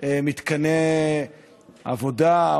מתקני עבודה,